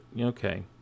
okay